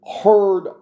heard